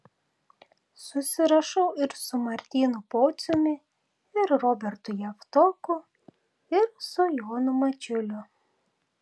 susirašau ir su martynu pociumi ir robertu javtoku ir su jonu mačiuliu